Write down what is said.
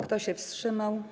Kto się wstrzymał?